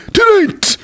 Tonight